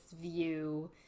view